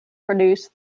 produce